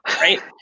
right